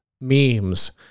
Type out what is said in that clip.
Memes